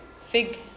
fig